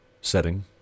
setting